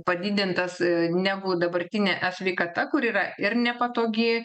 padidintas negu dabartinė e sveikata kur yra ir nepatogi